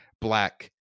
black